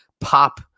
pop